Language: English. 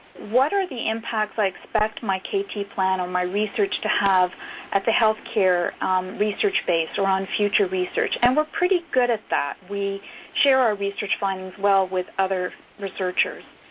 what are the impacts i expect my kt plan or my research to have at the health care research base or on future research? and we're pretty good at that. we share our research findings well with other researchers.